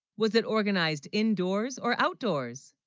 was it organized indoors or outdoors?